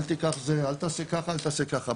אל תעשה ככה וככה,